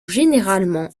généralement